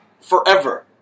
forever